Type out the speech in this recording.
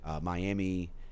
Miami